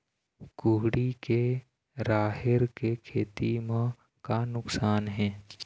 कुहड़ी के राहेर के खेती म का नुकसान हे?